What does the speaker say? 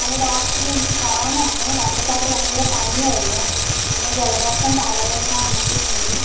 hello doctor എനിക്ക് corona ആണ് രണ്ട് ദിവസമായിട്ട് ഭയങ്കര പനി ആയിരുന്നു പിന്നെ ജലദോഷം തലവേദന അങ്ങനെത്തൊക്കെയുണ്ട്